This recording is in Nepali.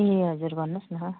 ए हजुर भन्नुहोस् न